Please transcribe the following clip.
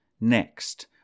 Next